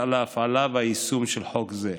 על ההפעלה ועל היישום של חוק זה.